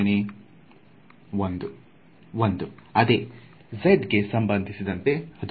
ವಿದ್ಯಾರ್ಥಿ 1 1 ಅದೇ z ಗೆ ಸಂಬಂಧಿಸಿದಂತೆ ಅದು 0